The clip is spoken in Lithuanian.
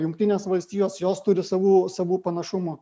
jungtinės valstijos jos turi savo savų panašumų